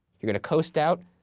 you're gonna coast out,